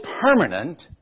permanent